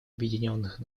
объединенных